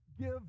give